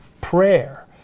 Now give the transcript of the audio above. prayer